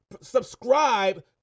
subscribe